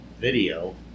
video